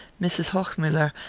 mrs. hochmuller,